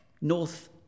north